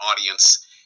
audience